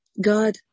God